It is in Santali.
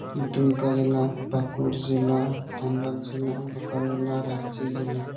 ᱫᱩᱢᱠᱟ ᱡᱮᱞᱟ ᱯᱟᱹᱠᱩᱲ ᱡᱮᱞᱟ ᱫᱷᱟᱱᱵᱟᱫᱽ ᱡᱮᱞᱟ ᱵᱳᱠᱟᱨᱳ ᱡᱮᱞᱟ ᱨᱟᱺᱪᱤ ᱡᱮᱞᱟ